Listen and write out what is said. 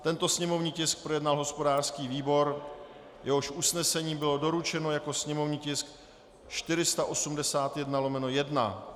Tento sněmovní tisk projednal hospodářský výbor, jehož usnesení bylo doručeno jako sněmovní tisk 481/1.